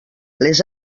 les